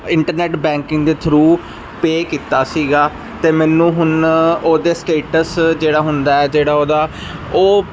internet banking ਦੇ through pay ਕੀਤਾ ਸੀਗਾ ਅਤੇ ਮੈਨੂੰ ਹੁਣ ਉਹਦੇ ਸਟੇਟਸ ਜਿਹੜਾ ਹੁੰਦਾ ਜਿਹੜਾ ਉਹਦਾ ਉਹ